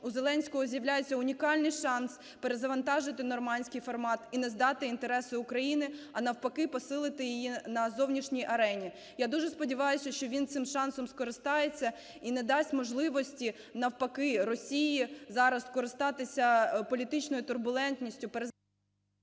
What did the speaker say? у Зеленського з'являється унікальний шанс перезавантажити нормандський формат і не здати інтереси України, а навпаки посилити її на зовнішній арені. Я дуже сподіваюся, що він цим шансом скористається і надасть можливості навпаки Росії зараз скористатися політичною турбулентністю…